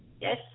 Yes